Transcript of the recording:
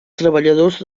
treballadors